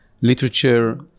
literature